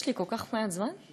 יש לי כל כך מעט זמן?